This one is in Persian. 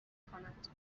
میکنند